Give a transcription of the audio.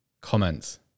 comments